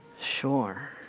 sure